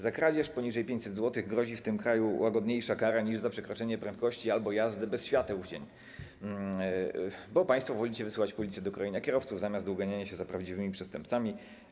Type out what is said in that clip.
Za kradzież poniżej 500 zł grozi w tym kraju łagodniejsza kara niż za przekroczenie prędkości albo jazdę bez świateł w dzień, bo państwo wolicie wysyłać policję do krojenia kierowców zamiast do uganiania się za prawdziwymi przestępcami.